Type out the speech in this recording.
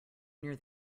near